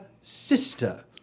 sister